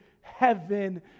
heaven